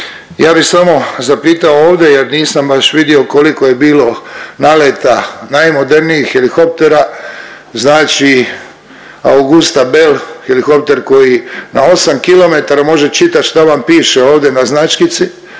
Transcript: ja bi samo zapitao ovdje jer nisam baš vidio koliko je bilo naleta najmodernijih helikoptera znači Augusta Bell helikopter koji na osam kilometara može čitat šta vam piše ovdje na značkici,